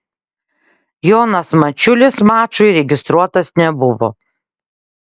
jonas mačiulis mačui registruotas nebuvo